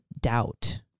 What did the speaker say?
doubt